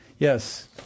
Yes